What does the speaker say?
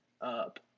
up